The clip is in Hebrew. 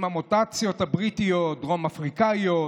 עם המוטציות הבריטיות, הדרום אפריקאיות,